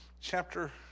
chapter